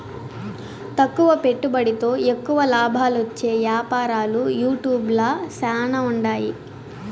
తక్కువ పెట్టుబడితో ఎక్కువ లాబాలొచ్చే యాపారాలు యూట్యూబ్ ల శానా ఉండాయి